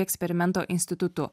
eksperimento institutu